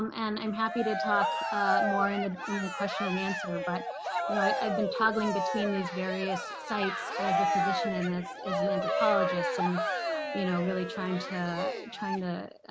and i'm happy to talk more in the in the question-and-answer. but i've been toggling between these various sites as a physician and as as an anthropologist, and you know really trying to trying to